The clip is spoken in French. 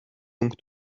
donc